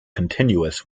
continuous